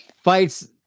fights